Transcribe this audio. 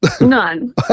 None